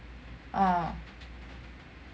ah